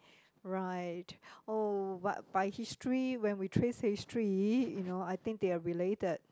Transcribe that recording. right oh but by history when we trace history you know I think they are related